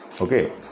okay